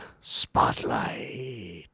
Spotlight